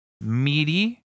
meaty